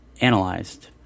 analyzed